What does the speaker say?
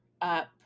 up